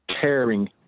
caring